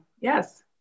yes